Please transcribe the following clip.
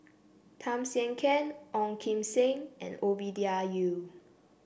Tham Sien Yen Ong Kim Seng and Ovidia Yu